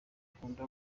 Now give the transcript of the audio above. akunda